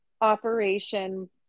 Operation